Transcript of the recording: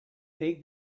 take